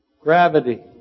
Gravity